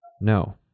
No